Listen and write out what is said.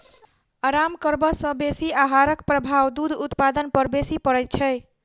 आराम करबा सॅ बेसी आहारक प्रभाव दूध उत्पादन पर बेसी पड़ैत छै